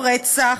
או רצח,